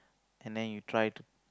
and then you try to